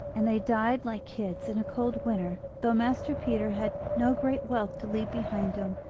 and they died like kids in a cold winter. though master peter had no great wealth to leave behind him,